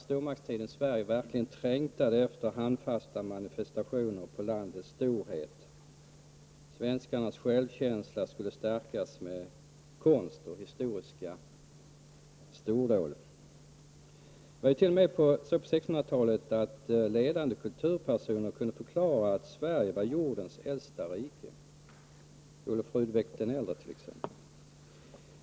Stormaktstidens Sverige verkligen trängtade efter handfasta manifestationer på landets storhet. Svenskarnas självkänsla skulle stärkas med konst och historiska stordåd. Det var ju t.o.m. så på 1600-talet att ledande kulturpersoner kunde förklara att Sverige var jordens äldsta rike. Det gjorde t.ex. Olof Rudbäck d. ä.